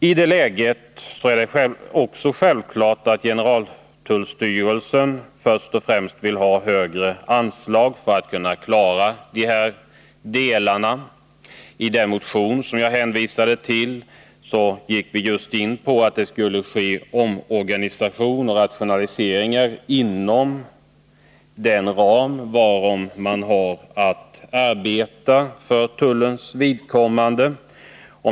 I det läget är det också självklart att generaltullstyrelsen först och främst vill ha högre anslag för att kunna klara den här delen. I den motion som jag hänvisade till gick vi just in på detta att det skulle ske en omorganisation och rationaliseringar inom den ram man har att arbeta med för tullens vidkommande.